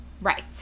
Right